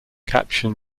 caption